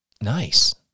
nice